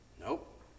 Nope